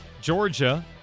Georgia